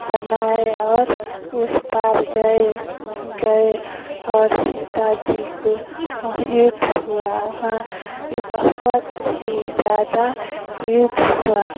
बनाए और उस पार गए गए और सीता जी को युद्ध हुआ वहाँ ये बहुत ही ज़्यादा युद्ध हुआ